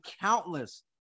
countless